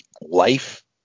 life